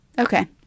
Okay